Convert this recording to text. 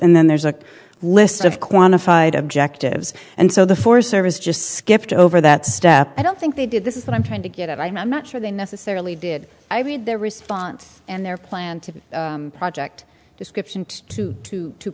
and then there's a list of quantified objectives and so the forest service just skipped over that step i don't think they did this is what i'm trying to get at i'm not sure they necessarily did i read their response and their plan to project description to two to